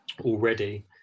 already